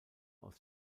aus